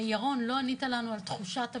ירון, לא ענית לנו על תחושת הביטחון.